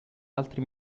altri